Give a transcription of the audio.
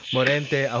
Morente